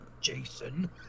Jason